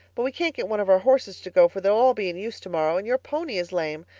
but we can't get one of our horses to go, for they'll all be in use tomorrow, and your pony is lame.